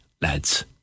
lads